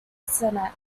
senate